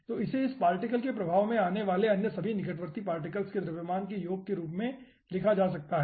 तो इसे इस पार्टिकल के प्रभाव में आने वाले अन्य सभी निकटवर्ती पार्टिकल्स के द्रव्यमान के योग के रूप में लिखा जा सकता है